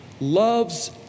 loves